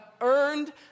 earned